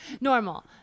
Normal